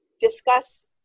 discuss